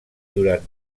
durant